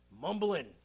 Mumbling